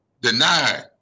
Denied